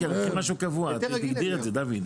לעשות משהו קבוע, תגדיר את זה, דוד.